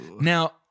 Now